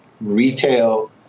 retail